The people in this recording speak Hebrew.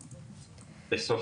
השנה, בסוף